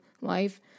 life